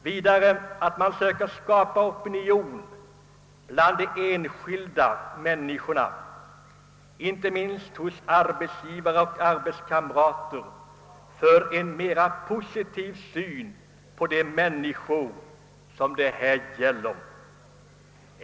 Vidare bör man söka skapa opinion bland de enskilda människorna — inte minst arbetsgivare och arbetskamrater — för en mer positiv inställning till de människor som det här gäller.